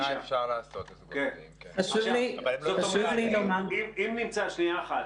בחוק האומנה אפשר --- אם ילד נמצא במשפחה,